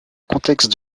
contexte